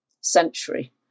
century